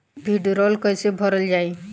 भीडरौल कैसे भरल जाइ?